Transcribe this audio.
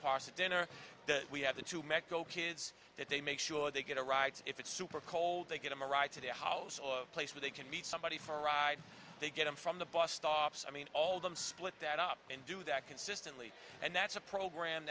pasta dinner we have the two met go kids that they make sure they get a ride if it's super cold they give them a ride to their house or a place where they can meet somebody for a ride they get them from bus stops i mean all them split that up and do that consistently and that's a program